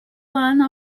one